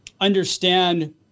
understand